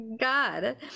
god